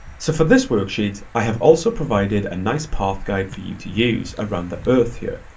so for this worksheet, i have also provided a nice path guide for you to use around the earth here.